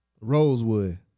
Rosewood